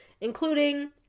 including